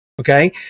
Okay